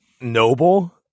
noble